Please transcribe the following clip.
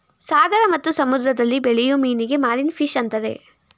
ಸಾಗರ ಮತ್ತು ಸಮುದ್ರದಲ್ಲಿ ಬೆಳೆಯೂ ಮೀನಿಗೆ ಮಾರೀನ ಫಿಷ್ ಅಂತರೆ